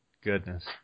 Goodness